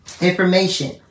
information